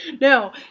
No